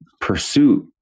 pursuit